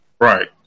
right